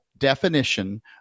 definition